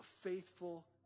faithful